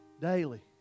daily